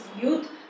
youth